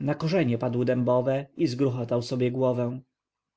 na korzenie padł dębowe i zgruchotał sobie głowę